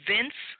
Vince